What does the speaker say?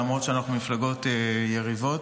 למרות שאנחנו ממפלגות יריבות.